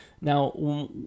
now